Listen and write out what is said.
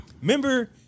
Remember